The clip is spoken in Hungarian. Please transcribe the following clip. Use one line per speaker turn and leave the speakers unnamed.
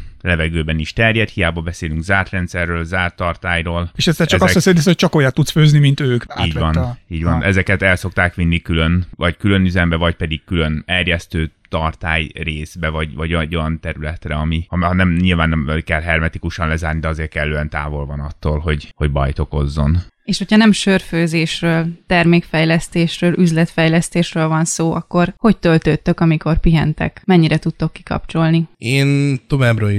levegőben is terjed. Hiába beszélünk zárt rendszerről, zárt tartályról.
És ezt te csak azt
Ezek-
veszed észre, hogy csak olyat tudsz főzni, mint ők.
Így
Átvett
van,
a-
így van.
Aha.
Ezeket el szokták vinni külön, vagy külön üzembe, vagy pedig külön erjesztő tartály részbe, vagy- vagy egy olyan területre, ami- ha- ha nem- nyilván nem kell hermetikusan lezárni, de azért kellően távol van attól, hogy- hogy bajt okozzon.
És hogyha nem sörfőzésről, termékfejlesztésről, üzletfejlesztésről van szó, akkor hogy töltődtök, amikor pihentek? Mennyire tudtok kikapcsolni?
Én továbbra is-